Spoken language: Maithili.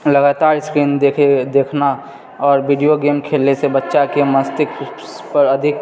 लगातार स्क्रीन देखना आओर विडीओ गेम खेलय से बच्चाके मस्तिष्क पर अधिक